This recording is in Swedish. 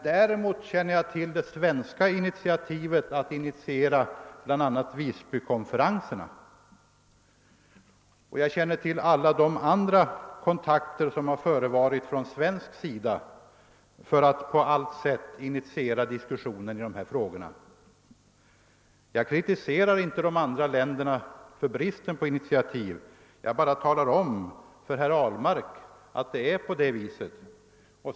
Däremot känner jag till det svenska initiativet att anordna bl.a. Visbykonferenserna, och jag känner till alla de andra kontakter som från svensk sida har tagits för att på allt sätt starta diskussioner i dessa frågor. Jag kritiserar inte de andra länderna för brist på initiativ — jag bara talar om för herr Ahlmark att det förhåller sig på det sättet.